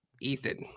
Ethan